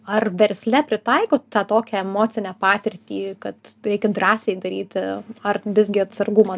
ar versle pritaikot tą tokią emocinę patirtį kad reikia drąsiai daryti ar visgi atsargumą